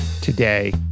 today